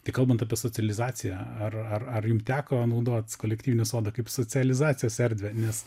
tai kalbant apie socializaciją ar ar ar jum teko naudot kolektyvinį sodą kaip socializacijos erdvę nes